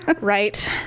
Right